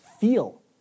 feel